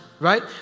Right